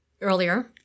Earlier